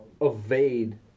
evade